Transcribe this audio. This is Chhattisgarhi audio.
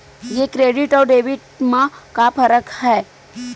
ये क्रेडिट आऊ डेबिट मा का फरक है?